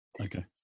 Okay